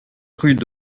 rue